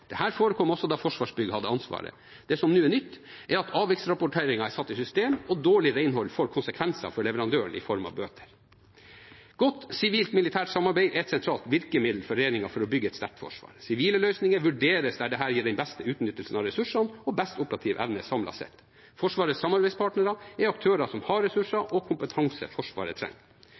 Det forekom også da Forsvarsbygg hadde ansvaret. Det som nå er nytt, er at avviksrapporteringen er satt i system, og dårlig renhold får konsekvenser for leverandøren i form av bøter. Et godt sivilt-militært samarbeid er et sentralt virkemiddel for regjeringen for å bygge et sterkt forsvar. Sivile løsninger vurderes der dette gir den beste utnyttelsen av ressursene og best operativ evne samlet sett. Forsvarets samarbeidspartnere er aktører som har ressurser og kompetanse Forsvaret trenger.